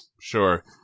Sure